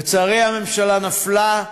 לצערי, הממשלה נפלה,